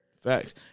Facts